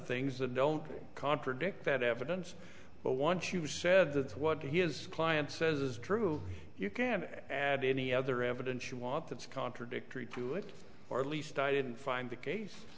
things that don't contradict that evidence but once you've said that's what his client says is true you can add any other evidence you want that's contradictory to it or at least i didn't find the case